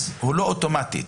אז זה לא אוטומטי.